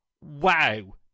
wow